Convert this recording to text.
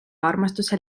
armastuse